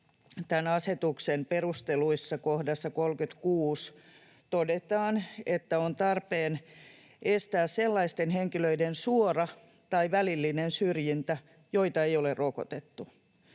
tämän asetuksen perusteluissa kohdassa 36 todetaan, että on tarpeen estää sellaisten henkilöiden suora tai välillinen syrjintä, joita ei ole rokotettu.